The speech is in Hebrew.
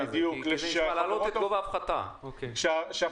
זה